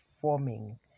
forming